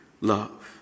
love